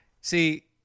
See